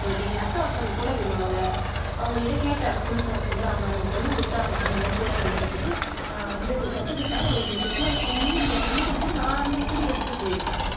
ஒரு வாட்டி எங்கள் அத்தை ஒருத்தவங்க கூட பின்னுவாங்க அவங்க கிட்ட கேட்டேன் சொல்லி தர சொல்லி அவங்க எனக்கு சொல்லி கொடுத்தாங்க இந்த மாதிரி கூட பின்னுறத்துக்கு நான் வந்து கற்றுக்கிட்டேன் ஒரு ரெண்டு கூடை பின்னி இங்கே என் பள்ளிக்கூடத்துக்கு நான் அந்த கூடைய எடுத்துட்டு போயிருக்கேன்